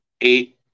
eight